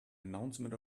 announcement